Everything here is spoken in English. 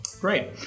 Great